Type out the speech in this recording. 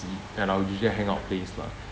at our usual hang out place lah